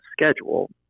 schedule